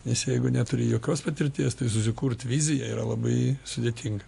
nes jeigu neturi jokios patirties tai susikurt viziją yra labai sudėtinga